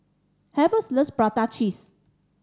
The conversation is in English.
Hervey's loves prata cheese